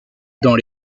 dans